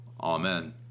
Amen